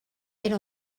era